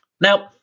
Now